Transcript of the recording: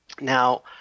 now